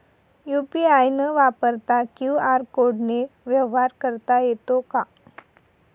UPI न वापरता QR कोडने व्यवहार करता येतो का?